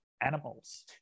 animals